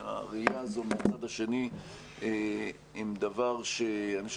והראייה הזו מהצד השני הם דבר שאני חושב